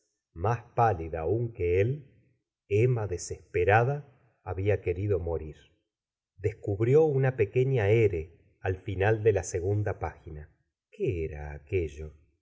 más pálida aún que él emma desesperada había querido morir descubrió una pequeña r al final de la segunda página qué era aquello